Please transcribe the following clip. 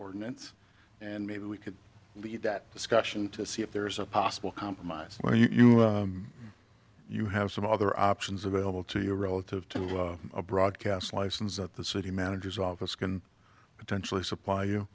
ordinance and maybe we could leave that discussion to see if there is a possible compromise where you you have some other options available to you relative to a broadcast license that the city manager's office can potentially supply you